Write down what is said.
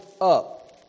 up